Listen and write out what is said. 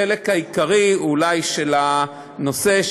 החלק העיקרי של הנושא,